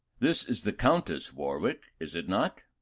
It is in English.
this is the countess, warwick, is it not?